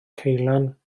ceulan